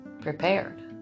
prepared